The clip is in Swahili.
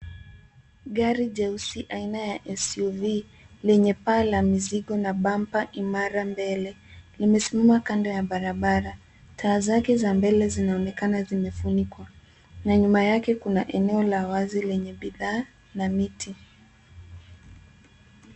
Gari jeusi aina ya SUV lenye paa la mizigo na pamba imara mbele limesimama kando ya barabara. Taa zake za mbele zinaonekana zimefunikwa na nyuma Yake kuna eneo la wazi Lenye bidhaa na miti.